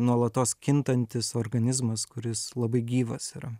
nuolatos kintantis organizmas kuris labai gyvas yra